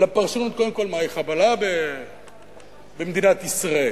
אלא פרשנות קודם כול מהי "חבלה במדינת ישראל".